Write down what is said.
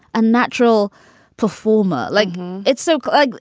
a natural performer like it's so cool.